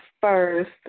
first